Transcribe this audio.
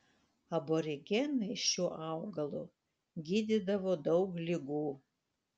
aborigenai šiuo augalu gydydavo daug ligų